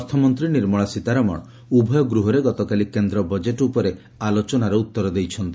ଅର୍ଥମନ୍ତ୍ରୀ ନିର୍ମଳା ସୀତାରମଣ ଉଭୟ ଗୃହରେ ଗତକାଲି କେନ୍ଦ୍ର ବଜେଟ୍ ଉପରେ ଆଲୋଚନାର ଉତ୍ତର ଦେଇଛନ୍ତି